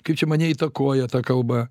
kaip čia mane įtakoja ta kalba